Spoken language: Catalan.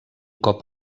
cop